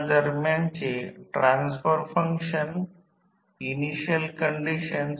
तर ऑटोट्रान्सफॉर्मर म्हणून ते V2 I2 V1 I आहे